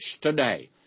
today